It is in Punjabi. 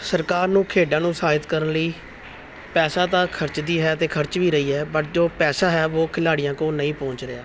ਸਰਕਾਰ ਨੂੰ ਖੇਡਾਂ ਨੂੰ ਸਾਹਿਤ ਕਰਨ ਲਈ ਪੈਸਾ ਤਾਂ ਖਰਚਦੀ ਹੈ ਅਤੇ ਖਰਚ ਵੀ ਰਹੀ ਹੈ ਪਰ ਜੋ ਪੈਸਾ ਹੈ ਵੋ ਖਿਡਾਰੀਆਂ ਕੋਲ ਨਹੀਂ ਪਹੁੰਚ ਰਿਹਾ